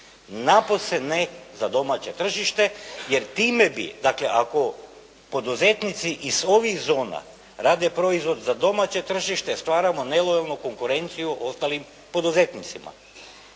napose ne za domaće tržište, jer time bi dakle, ako poduzetnici iz ovih zona rade proizvod za domaće tržište, stvaramo nelojalnu konkurenciju ostalim poduzetnicima.